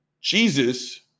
Jesus